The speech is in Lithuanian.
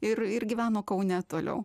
ir ir gyveno kaune toliau